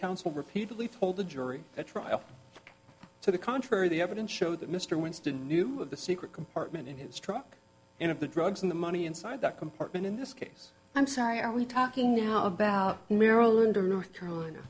counsel repeatedly told the jury at trial to the contrary the evidence showed that mr winston knew of the secret compartment in his truck and of the drugs and the money inside that compartment in this case i'm sorry are we talking now about maryland or north carolina